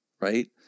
right